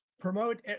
Promote